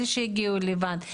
אלה שהגיעו לבד?